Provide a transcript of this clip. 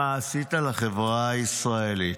מה עשית לחברה הישראלית.